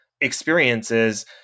experiences